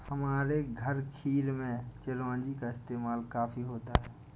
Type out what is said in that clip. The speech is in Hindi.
हमारे घर खीर में चिरौंजी का इस्तेमाल काफी होता है